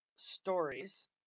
stories